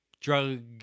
drug